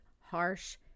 harsh